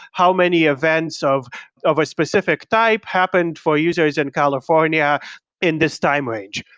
how many events of of a specific type happened for users in california in this time range?